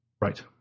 Right